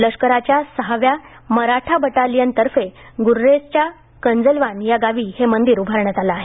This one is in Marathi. लष्कराच्या सहाव्या मराठा बटालियन तर्फे गुर्रेजच्या कंजलवान या गावी हे मंदिर उभारण्यात आलं आहे